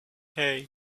hey